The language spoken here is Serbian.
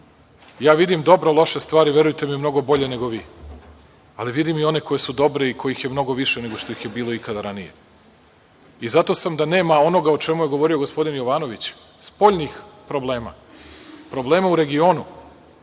Vidim dobro loše stvari, verujte mi, mnogo bolje nego vi, ali vidim i one koje su dobre i kojih je mnogo više nego što ih je bilo ikada ranije. Zato sam siguran da nema onoga o čemu je govorio gospodin Jovanović – spoljnih problema, problema u regionu,